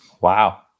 Wow